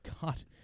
god